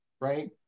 right